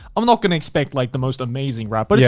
i'm not gonna expect like the most amazing rap, but yeah